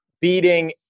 beating